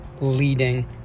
leading